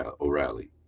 O'Reilly